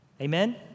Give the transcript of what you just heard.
Amen